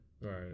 Right